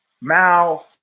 Mao